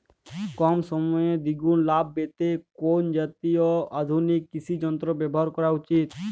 কম সময়ে দুগুন লাভ পেতে কোন জাতীয় আধুনিক কৃষি যন্ত্র ব্যবহার করা উচিৎ?